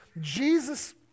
Jesus